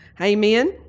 Amen